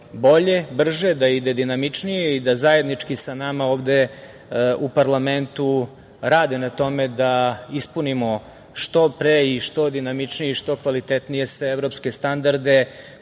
bolje, brže, da ide dinamičnije i da zajednički sa nama ovde u parlamentu rade na tome da ispunimo što pre i što dinamičnije i što kvalitetnije sve evropske standarde